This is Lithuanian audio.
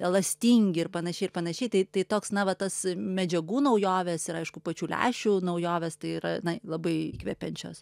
elastingi ir panašiai ir panašiai tai tai toks na va tas medžiagų naujovės ir aišku pačių lęšių naujovės tai yra labai įkvepiančios